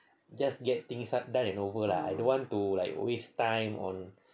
just get things done and over lah I don't want to like waste time on